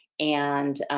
and,